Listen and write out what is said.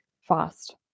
fast